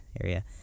area